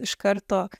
iš karto